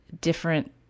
different